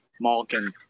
Malkin